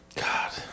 God